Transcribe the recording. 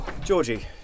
Georgie